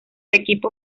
equipo